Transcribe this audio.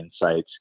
insights